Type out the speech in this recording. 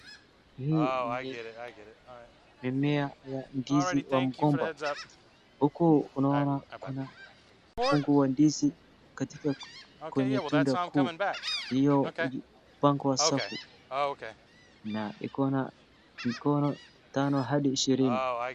Hii ni mmea wa ndizi wa mgomba huku unaona kuna mkungu wa ndizi katika kwenye tunda kuu hiyo imepwangwa safu na ikona mikono tano hadi ishirini.